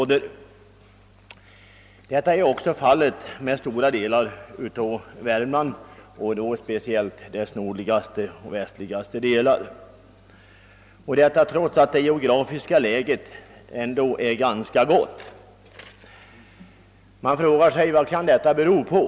Denna negativa utveckling återfinns också i betydande områden i Värmland, speciellt i dess nordligaste och västligaste delar, trots att det geografiska läget är ganska gott. Man frågar sig vad detta kan bero på.